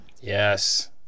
Yes